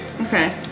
Okay